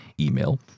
email